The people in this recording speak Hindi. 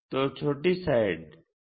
तो छोटी साइड a1b1 है